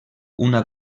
una